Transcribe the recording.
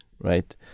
right